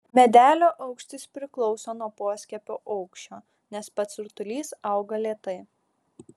medelio aukštis priklauso nuo poskiepio aukščio nes pats rutulys auga lėtai